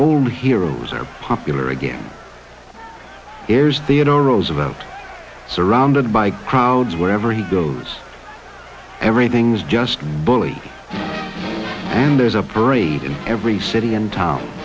old heroes are popular again airs they are no roosevelt surrounded by crowds wherever he goes everything's just bully and there's a parade in every city and town